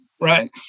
right